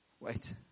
wait